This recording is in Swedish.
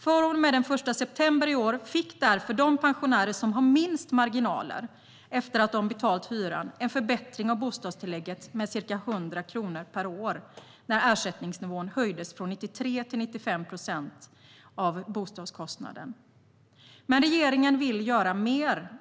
Från och med den 1 september i år fick därför de pensionärer som har minst marginaler efter att ha betalt hyran en förbättring av bostadstillägget med ca 100 kronor per år när ersättningsnivån höjdes från 93 till 95 procent av bostadskostnaden. Men regeringen vill göra mer.